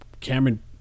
Cameron